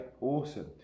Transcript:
awesome